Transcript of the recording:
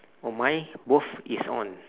for mine both is on